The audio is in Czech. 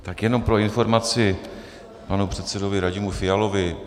Tak jenom pro informaci panu předsedovi Radimu Fialovi.